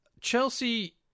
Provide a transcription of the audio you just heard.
Chelsea